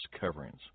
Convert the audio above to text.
coverings